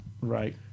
Right